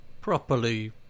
properly